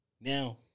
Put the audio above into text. Now